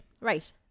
Right